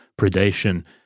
predation